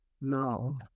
no